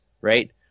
right